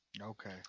Okay